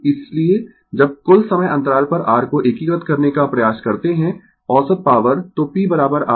इसलिए जब कुल समय अंतराल पर r को एकीकृत करने का प्रयास करते है औसत पॉवर